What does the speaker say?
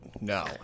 No